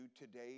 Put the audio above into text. today